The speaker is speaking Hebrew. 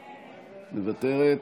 מוותרת,